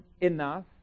enough